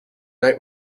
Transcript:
night